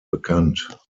bekannt